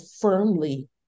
firmly